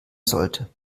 sollte